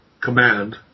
command